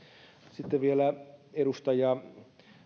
sitten vielä edustaja